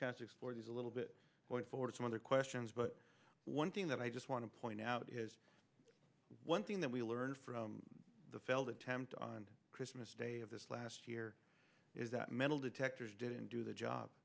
chance to explore this a little bit for some of the questions but one thing that i just want to point out is one thing that we learned from the failed attempt on christmas day of this last year is that metal detectors didn't do the job